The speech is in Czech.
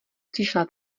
přišla